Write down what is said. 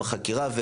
"בחקירה".